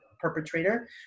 perpetrator